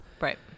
Right